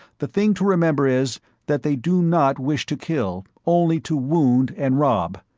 the thing to remember is that they do not wish to kill, only to wound and rob.